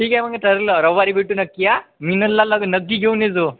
ठीक आहे मग ठरलं रविवारी भेटू नक्की हां मिनल ला लागं नक्की घेऊन ये जो